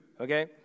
okay